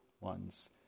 ones